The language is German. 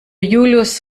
julius